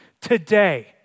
today